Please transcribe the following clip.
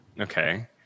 Okay